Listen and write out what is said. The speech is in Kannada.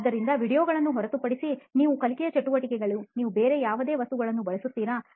ಆದ್ದರಿಂದ ವೀಡಿಯೊಗಳನ್ನು ಹೊರತುಪಡಿಸಿ ನಿಮ್ಮ ಕಲಿಕೆಯ ಚಟುವಟಿಕೆಯಲ್ಲಿ ನೀವು ಬೇರೆ ಯಾವುದೇ ವಸ್ತುಗಳನ್ನು ಬಳಸುತ್ತೀರಾ